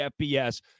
FBS